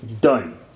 done